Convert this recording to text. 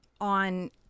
on